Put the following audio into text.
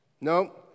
no